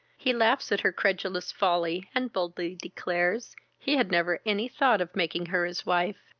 he laughs at her credulous folly, and boldly declares he had never any thought of making her his wife.